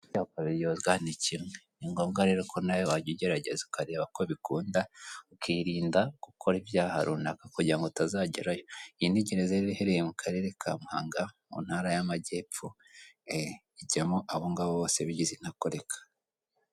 Ni kimwe ni ngombwa rero ko nawe wajya ugerageza ukareba ko bikunda, ukirinda gukora ibyaha runaka kugira utazagera ngo iyi gereza iherereye mu karere ka Muhanga mu ntara y'amajyepfo, ijyamo abogabo bose bigeze intakoreka.